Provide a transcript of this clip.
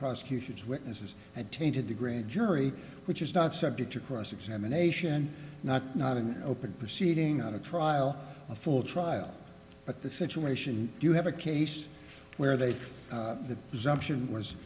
prosecution's witnesses and tainted the grand jury which is not subject to cross examination not not an open proceeding not a trial a full trial but the situation you have a case where they exemption was